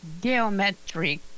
Geometric